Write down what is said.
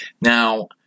Now